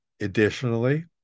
Additionally